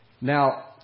Now